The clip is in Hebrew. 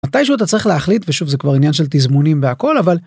מתישהו אתה צריך להחליט, ושוב זה כבר עניין של תזמונים והכל אבל